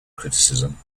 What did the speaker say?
criticism